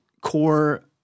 core